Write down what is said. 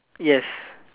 yes